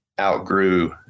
outgrew